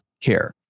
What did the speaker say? care